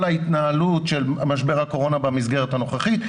ההתנהלות של משבר הקורונה במסגרת הנוכחית.